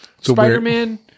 Spider-Man